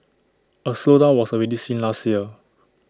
A slowdown was already seen last year